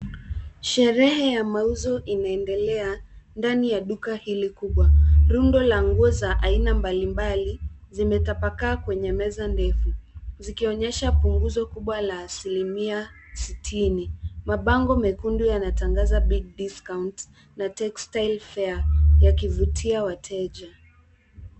Sherehe ya mauzo inaendelea ndani ya duka hili kubwa. Rundo la nguo za aina mbalimbali zimetapakaa kwenye meza ndefu, zikionyesha punguzo kubwa la asilimia sitini. Mabango mekundu yanatangaza big discount na textile fair yakivutia wateja.